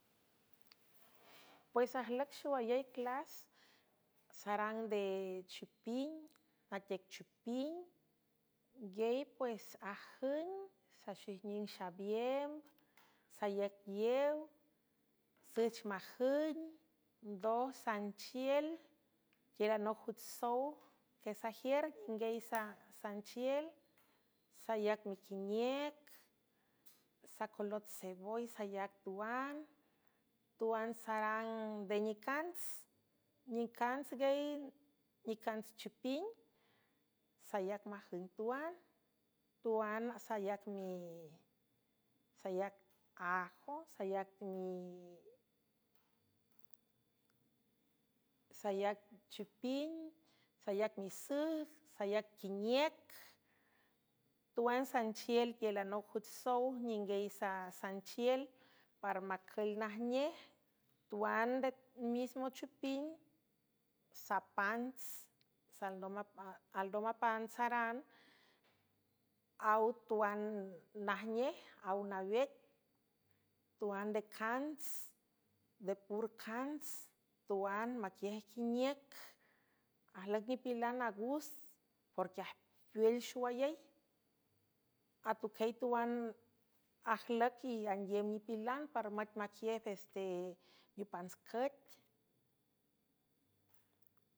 Pues ajlüc xowayey clas sarang nde chupin natiec chuping nguiey pues ajüng saxijning xabiemb saíacyew süch majüng ndoj sanchiel tialanoc juch sow quiesajiür ninguey ssanchiel saíac miquiniec sacolot sevoy sayac tuan tuan sarang nde nicants nicants gey nicants chuping sayac majüng tuan tun ssayac ajo sa i sayac chuping sayac misüüc sayac quiniüc tuan sanchiel tielanoc jüch sow ninguey sasanchiel para macül najnej tuan de mismo chuping sapants alndo mapan sarang aw tuan najnej aw nawec tuan de cants de pur cants tuan maquiej quiniüc ajlüc nipilan agust porquiaj peuel xowayey atuquiey tuan ajlüc y anguiem nipilan para maic maquiej ves te neupantscüec.